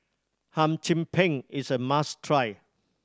Hum Chim Peng is a must try